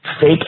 Fake